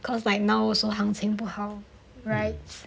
cause I now also 行情不好 right